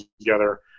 together